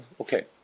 okay